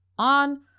on